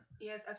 Yes